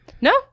No